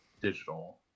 digital